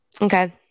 Okay